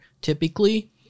typically